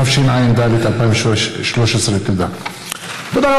התשע"ד 2013. תודה.